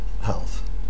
health